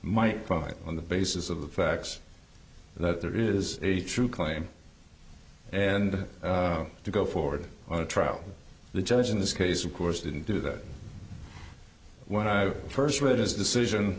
buy on the basis of the facts that there is a true claim and to go forward on a trial the judge in this case of course didn't do that when i first read his decision